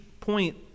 point